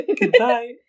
Goodbye